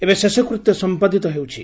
ଏବେ ଶେଷକୃତ୍ୟ ସମ୍ପାଦିତ ହେଉଛି